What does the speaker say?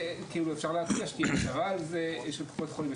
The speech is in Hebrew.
-- אפשר להציע שתהיה הצהרה של קופת חולים על זה,